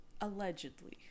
allegedly